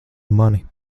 mani